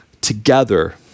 together